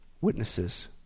witnesses